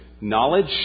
knowledge